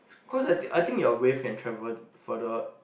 cause that I think your wave can travel further